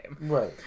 Right